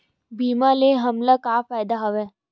बीमा ले हमला का फ़ायदा हवय?